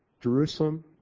Jerusalem